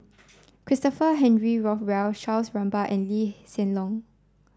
Christopher Henry Rothwell Charles Gamba and Lee Hsien Loong